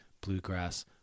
bluegrass